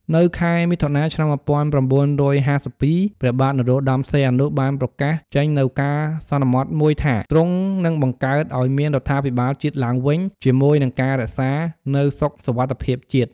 នៅខែមិថុនា ឆ្នាំ ១៩៥២ ព្រះបាទនរោត្តមសីហនុ បានប្រកាសចេញនូវការសន្មត់មួយថា ទ្រង់និងបង្កើតឱ្យមានរដ្ឋាភិបាលជាតិឡើងវិញ ជាមួយនិងការរក្សានៅសុខសុវត្ថិភាពជាតិ ។